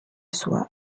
soi